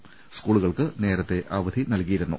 അസ്കൂളുകൾക്ക് നേരത്തെ അവധി നൽകിയിരുന്നു